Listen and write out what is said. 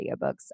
audiobooks